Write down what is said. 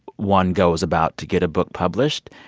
one goes about to get a book published,